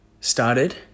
started